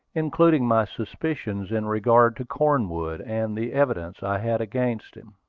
including my suspicions in regard to cornwood, and the evidence i had against him.